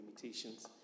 limitations